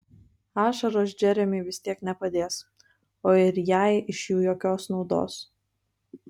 ašaros džeremiui vis tiek nepadės o ir jai iš jų jokios naudos